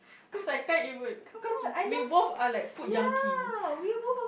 cause I can't even cause we both are like food junkie